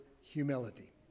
humility